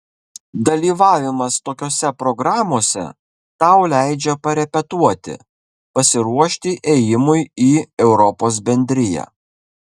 dalyvavimas tokiose programose tau leidžia parepetuoti pasiruošti ėjimui į europos bendriją